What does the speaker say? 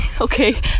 Okay